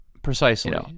Precisely